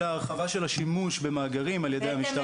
אלא הרחבה של השימוש במאגרים על ידי המשטרה.